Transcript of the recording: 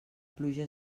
pluja